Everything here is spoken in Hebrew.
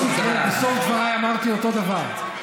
בסוף דבריי אמרתי אותו דבר,